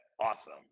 awesome